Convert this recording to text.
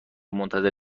منتظر